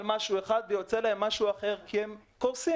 משהו אחד ויוצא להם משהו אחר כי הם קורסים.